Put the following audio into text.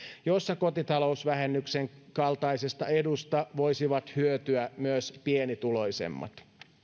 jossa kotitalousvähennyksen kaltaisesta edusta voisivat hyötyä myös pienituloisemmat